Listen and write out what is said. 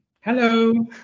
Hello